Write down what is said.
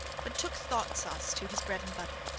but took thought-sauce to his bread and butter,